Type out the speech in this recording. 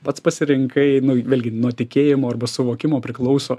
pats pasirinkai nu vėlgi nuo tikėjimo arba suvokimo priklauso